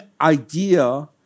idea